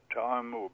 time